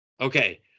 Okay